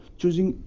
choosing